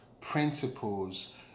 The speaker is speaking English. principles